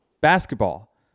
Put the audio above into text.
basketball